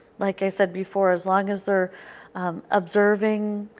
like i said before, as long as they are observing,